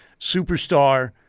superstar